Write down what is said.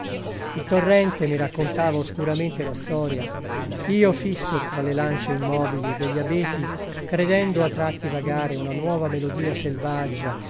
il torrente mi raccontava oscuramente la storia io fisso tra le lance immobili degli abeti credendo a tratti vagare una nuova melodia selvaggia